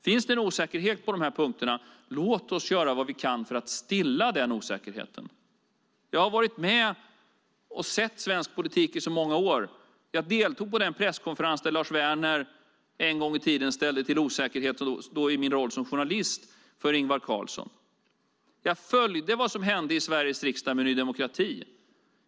Finns det en osäkerhet på dessa punkter, låt oss göra vad vi kan för att stilla den osäkerheten! Jag har varit med och sett svensk politik i många år. Jag deltog, då i min roll som journalist, på den presskonferens där Lars Werner en gång i tiden ställde till osäkerhet för Ingvar Carlsson. Jag följde vad som hände i Sveriges riksdag med Ny demokrati.